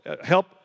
help